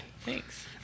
Thanks